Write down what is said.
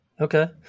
okay